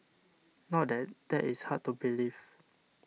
not that that is hard to believe